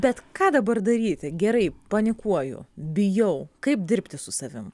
bet ką dabar daryti gerai panikuoju bijau kaip dirbti su savim